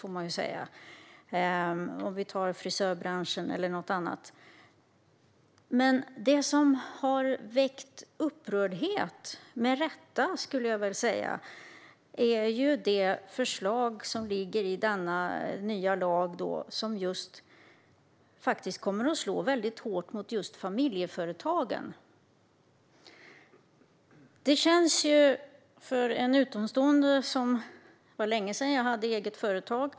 Vi kan ta frisörbranschen som ett exempel bland andra. Men det som har väckt upprördhet - med rätta, skulle jag vilja säga - är det förslag som ligger i denna nya lag och som kommer att slå hårt mot just familjeföretagen. Jag är något av en utomstående, för det var länge sedan jag hade eget företag.